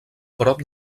prop